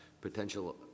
potential